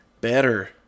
better